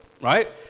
right